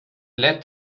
lätt